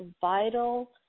vital